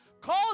Call